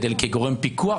כגורם פיקוח?